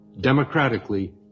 democratically